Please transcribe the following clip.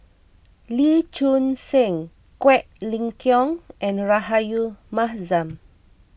Lee Choon Seng Quek Ling Kiong and Rahayu Mahzam